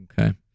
Okay